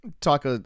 Talk